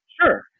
Sure